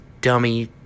dummy